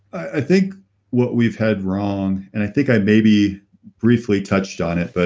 i think what we've had wrong, and i think i maybe briefly touched on it, but